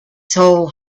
soul